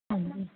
ਹਾਂਜੀ